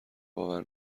باور